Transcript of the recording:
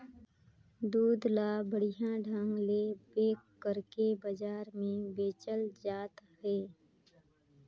दूद ल बड़िहा ढंग ले पेक कइरके बजार में बेचल जात हे